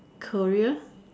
career